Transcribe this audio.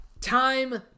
time